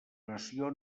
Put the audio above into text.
nació